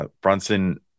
Brunson